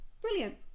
Brilliant